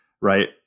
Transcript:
right